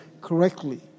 correctly